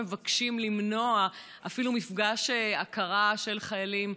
מבקשים למנוע אפילו מפגש הכרה של חיילים.